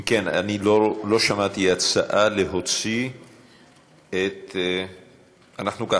אם כן, אני לא שמעתי הצעה, להוציא את, נצביע.